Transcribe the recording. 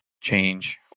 change